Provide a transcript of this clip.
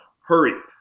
Hurry